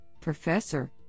Professor